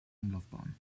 umlaufbahn